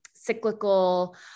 Cyclical